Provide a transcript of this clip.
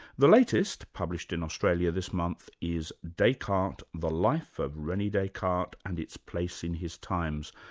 the latest, published in australia this month, is descartes the life of rene descartes and its place in his times.